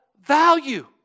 value